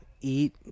eat